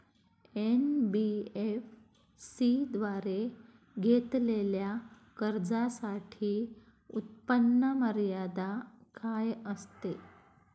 NBFC द्वारे घेतलेल्या कर्जासाठी उत्पन्न मर्यादा काय असते?